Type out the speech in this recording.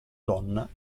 donna